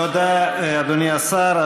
תודה, אדוני השר.